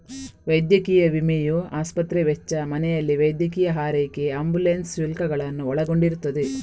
ವೈದ್ಯಕೀಯ ವಿಮೆಯು ಆಸ್ಪತ್ರೆ ವೆಚ್ಚ, ಮನೆಯಲ್ಲಿ ವೈದ್ಯಕೀಯ ಆರೈಕೆ ಆಂಬ್ಯುಲೆನ್ಸ್ ಶುಲ್ಕಗಳನ್ನು ಒಳಗೊಂಡಿರುತ್ತದೆ